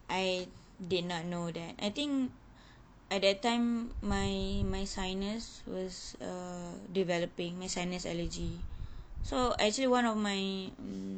I did not know that I think at that time my my sinus was err developing my sinus allergy so actually one of my mm